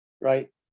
right